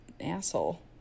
asshole